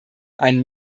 einen